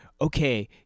okay